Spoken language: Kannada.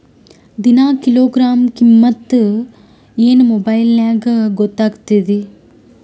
ದಿನಾ ಕಿಲೋಗ್ರಾಂ ಕಿಮ್ಮತ್ ಏನ್ ಮೊಬೈಲ್ ನ್ಯಾಗ ಗೊತ್ತಾಗತ್ತದೇನು?